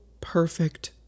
perfect